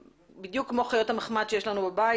בדיוק כמו חיות המחמד שיש לנו בבית,